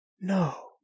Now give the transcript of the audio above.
No